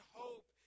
hope